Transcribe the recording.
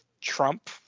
Trump